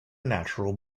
natural